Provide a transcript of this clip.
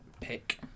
pick